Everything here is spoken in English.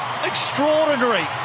extraordinary